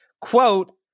Quote